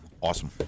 Awesome